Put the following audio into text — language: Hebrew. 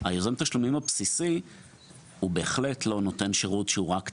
היוזם תשלומים הבסיסי הוא בהחלט לא נותן שירות שהוא רק טכנולוגי.